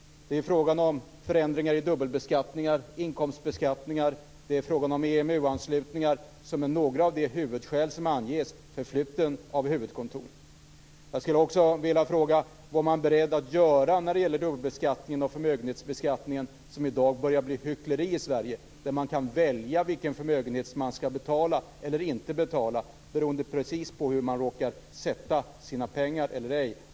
Det är då fråga om förändringar i dubbelbeskattning, inkomstbeskattning och EMU-anslutning - några av de huvudskäl som anges för flytten av huvudkontor. Jag skulle också vilja fråga: Vad är man beredd att göra när det gäller dubbelbeskattningen och förmögenhetsbeskattningen, som i dag börjar bli hyckleri i Sverige? Man kan ju välja vilken förmögenhetsskatt man skall betala eller inte betala, beroende precis på hur man råkar så att säga sätta sina pengar eller ej.